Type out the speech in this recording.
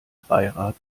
dreirad